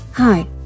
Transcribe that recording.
Hi